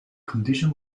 condition